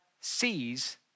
sees